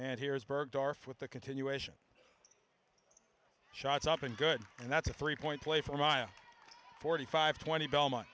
and here's bergdorf with the continuation shots up and good and that's a three point play four mile forty five twenty belmont